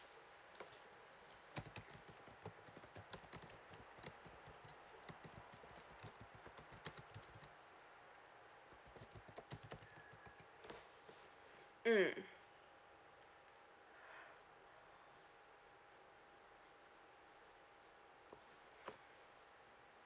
mm